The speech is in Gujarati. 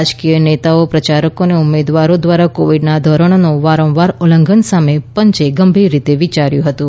રાજકીય નેતાઓ પ્રચારકો અને ઉમેદવારો દ્વારા કોવીડનાં ધોરણોના વારંવાર ઉલ્લંઘન સામે પંચે ગંભીર રીતે વિચાર્યું હતું